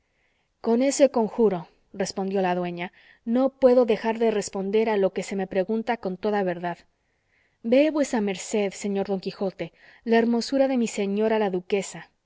con ese conjuro respondió la dueña no puedo dejar de responder a lo que se me pregunta con toda verdad vee vuesa merced señor don quijote la hermosura de mi señora la duquesa